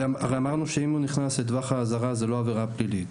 הרי אמרנו שאם הוא נכנס לטווח האזהרה זה לא עבירה פלילית.